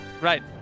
right